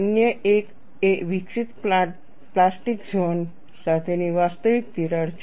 અન્ય એક એ વિકસિત પ્લાસ્ટિક ઝોન સાથેની વાસ્તવિક તિરાડ છે